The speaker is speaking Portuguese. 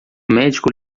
médico